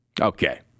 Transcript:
Okay